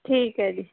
ਠੀਕ ਹੈ ਜੀ